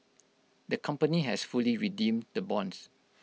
the company has fully redeemed the bonds